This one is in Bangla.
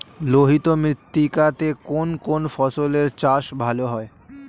লোহিত মৃত্তিকা তে কোন কোন ফসলের চাষ ভালো হয়?